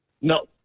No